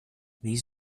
these